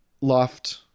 loft